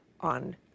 on